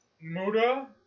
Muda